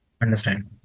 understand